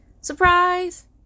Surprise